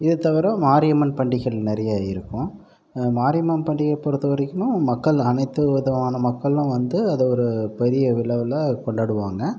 இதை தவிர மாரியம்மன் பண்டிகைகள் நிறைய இருக்கும் மாரியம்மன் பண்டிகை பொறுத்தவரைக்கும் மக்கள் அனைத்து விதமான மக்களும் வந்து அதை ஒரு பெரிய விழாவில் கொண்டாடுவாங்க